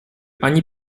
ani